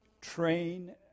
Train